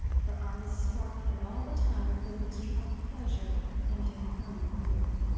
her eyes sparkling all the time with a mixture of pleasure and infernal fury.